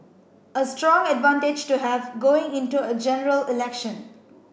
a strong advantage to have going into a General Election